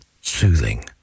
soothing